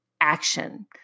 action